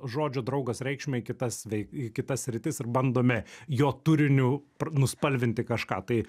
žodžio draugas reikšmę į kitas vei į kitas sritis ir bandome jo turiniu nuspalvinti kažką tai